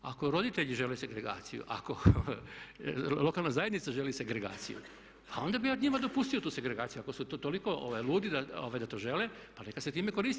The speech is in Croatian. Ako roditelji žele segregaciju, ako lokalna zajednica želi segregaciju, pa onda bih ja njima dopustio tu segregaciju, ako su toliko ludi da to žele, pa neka se time koriste.